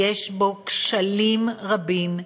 יש בו כשלים רבים,